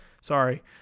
Sorry